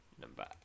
Number